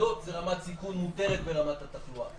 שמסעדות זה רמת סיכון מותרת ברמת התחלואה,